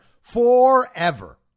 forever